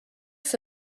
for